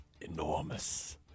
Enormous